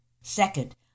second